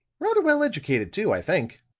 rather well educated too, i think.